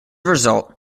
result